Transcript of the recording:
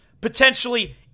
potentially